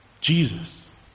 Jesus